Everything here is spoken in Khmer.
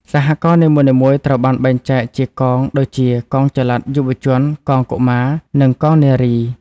សហករណ៍នីមួយៗត្រូវបានបែងចែកជា "កង" ដូចជា កងចល័តយុវជន កងកុមារ និងកងនារី។